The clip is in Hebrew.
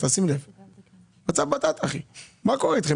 מה קורה איתכם?